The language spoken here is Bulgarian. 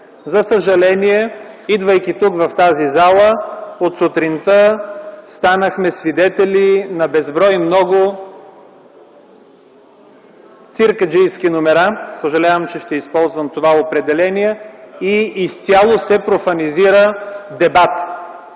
За съжаление, идвайки тук, в тази зала, от сутринта станахме свидетели на безброй много циркаджийски номера – съжалявам, че ще използвам това определение, и изцяло се профанизира дебатът.